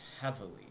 heavily